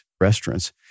restaurants